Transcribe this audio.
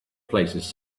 places